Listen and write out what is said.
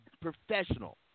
professional